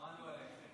שמענו עליכם,